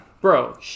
Bro